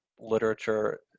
literature